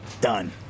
Done